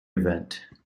event